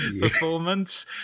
performance